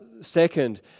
second